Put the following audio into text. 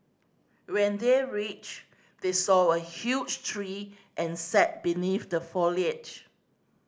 when they reached they saw a huge tree and sat beneath the foliage